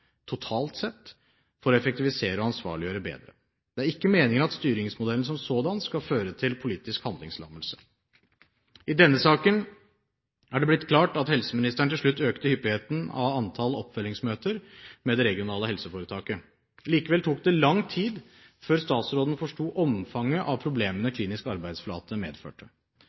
totalt sett, for å effektivisere og ansvarliggjøre bedre. Det er ikke meningen at styringsmodellen som sådan skal føre til politisk handlingslammelse. I denne saken er det blitt klart at helseministeren til slutt økte hyppigheten av oppfølgingsmøter med det regionale helseforetaket. Likevel tok det lang tid før statsråden forsto omfanget av problemene Klinisk arbeidsflate medførte.